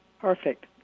Perfect